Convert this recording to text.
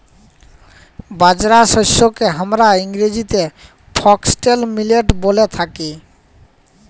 বাজরা শস্যকে হামরা ইংরেজিতে ফক্সটেল মিলেট ব্যলে থাকি